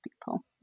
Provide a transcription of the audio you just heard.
people